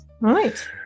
right